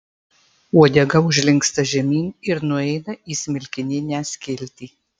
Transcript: uodega užlinksta žemyn ir nueina į smilkininę skiltį